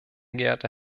geehrter